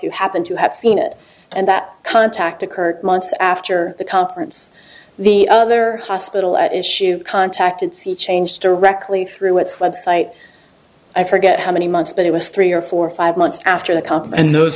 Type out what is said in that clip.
you happen to have seen it and that contact occurred months after the conference the other hospital at issue contacted sea change directly through its website i forget how many months but it was three or four five months after the comp and those